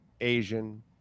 Asian